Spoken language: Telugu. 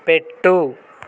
పెట్టు